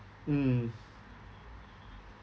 mm